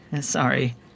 Sorry